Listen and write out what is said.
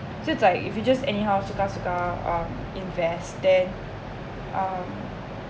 today if you just anyhow suka suka um invest then um